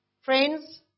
Friends